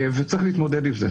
וצריך להתמודד עם זה.